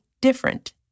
different